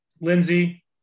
Lindsey